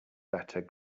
better